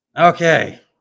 Okay